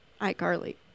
iCarly